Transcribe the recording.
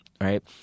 right